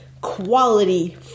quality